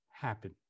happen